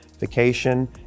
vacation